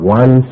one